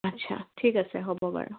আচ্ছা ঠিক আছে হ'ব বাৰু